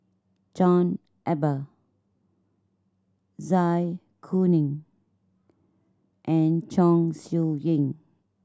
John Eber Zai Kuning and Chong Siew Ying